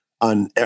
on